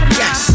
yes